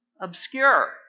obscure